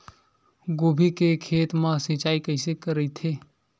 गोभी के खेत मा सिंचाई कइसे रहिथे?